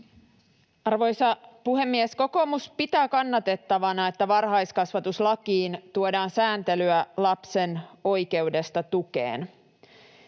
Arvoisa puhemies! Kokoomus pitää kannatettavana, että varhaiskasvatuslakiin tuodaan sääntelyä lapsen oikeudesta tukeen.